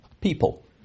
people